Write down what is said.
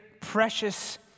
precious